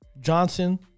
Johnson